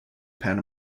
pan